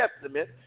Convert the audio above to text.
Testament